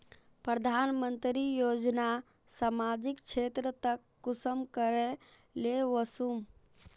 प्रधानमंत्री योजना सामाजिक क्षेत्र तक कुंसम करे ले वसुम?